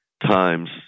times